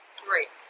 three